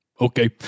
Okay